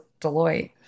Deloitte